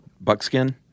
buckskin